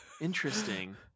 interesting